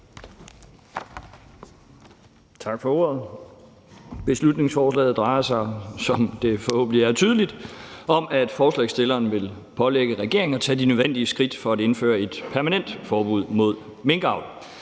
Tak for ordet. Beslutningsforslaget drejer sig – hvilket forhåbentlig er tydeligt – om, at forslagsstillerne vil pålægge regeringen at tage de nødvendige skridt for at indføre et permanent forbud mod minkavl.